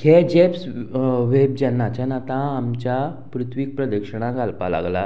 हे James Webb जेन्नाच्यान आतां आमच्या पृथ्वीक प्रदक्षणां घालपा लागला